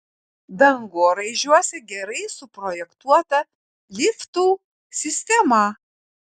dangoraižiuose gerai suprojektuota liftų sistema